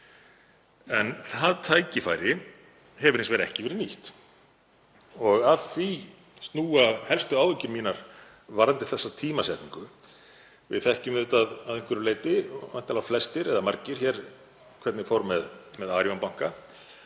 En það tækifæri hefur hins vegar ekki verið nýtt og að því snúa helstu áhyggjur mínar varðandi þessa tímasetningu. Við þekkjum auðvitað að einhverju leyti, væntanlega flestir eða margir hér, hvernig fór með Arion banka.